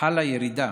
חלה ירידה